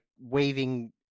waving